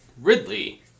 Ridley